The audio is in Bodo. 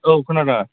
औ खोनादों